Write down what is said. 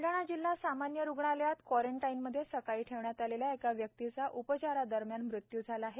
ब्लडाणा जिल्हा सामान्य रुग्णालयात क्वॉरंटाईनमध्ये सकाळी ठेवण्यात आलेल्या एका व्यक्तीचा उपचारादरम्यान मृत्यू झाला आहे